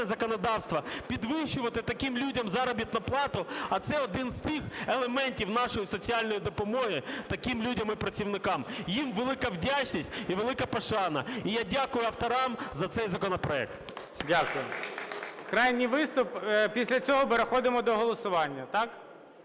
законодавство, підвищувати таким людям заробітну плату, а це один із тих елементів нашої соціальної допомоги таким людям і працівникам. Їм велика вдячність і велика пошана. І я дякую авторам за цей законопроект. ГОЛОВУЮЧИЙ. Дякую. Крайній виступ, після цього переходимо до голосування, так?